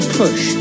push